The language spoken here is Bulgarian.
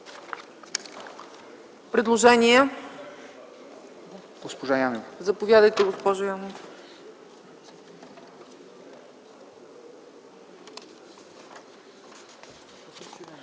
Предложения? Заповядайте, госпожо Янева.